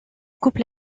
couple